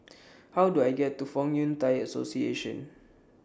How Do I get to Fong Yun Thai Association